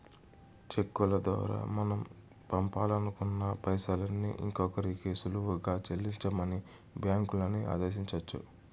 చెక్కుల దోరా మనం పంపాలనుకున్న పైసల్ని ఇంకోరికి సులువుగా సెల్లించమని బ్యాంకులని ఆదేశించొచ్చు